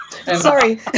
Sorry